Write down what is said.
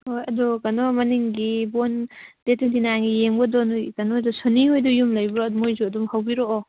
ꯍꯣꯏ ꯑꯗꯨ ꯀꯩꯅꯣ ꯃꯅꯤꯡꯒꯤ ꯕꯣꯜ ꯗꯦꯠ ꯇ꯭ꯋꯦꯟꯇꯤ ꯅꯥꯏꯟꯒꯤ ꯌꯦꯡꯕꯗꯨ ꯅꯈꯣꯏ ꯀꯩꯅꯣ ꯍꯣꯏꯗꯨ ꯁꯟꯅꯤ ꯍꯣꯏꯗꯨ ꯂꯩꯕ꯭ꯔꯣ ꯃꯈꯣꯏꯁꯨ ꯑꯗꯨꯝ ꯍꯧꯕꯤꯔꯛꯑꯣ